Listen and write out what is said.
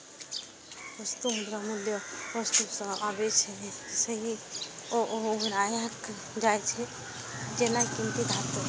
वस्तु मुद्राक मूल्य ओइ वस्तु सं आबै छै, जइसे ओ बनायल जाइ छै, जेना कीमती धातु